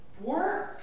work